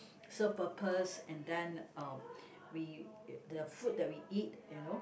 so purpose and done um we the food that we eat you know